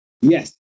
Yes